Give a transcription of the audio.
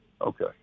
Okay